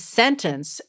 sentence